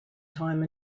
time